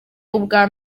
ubwa